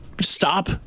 stop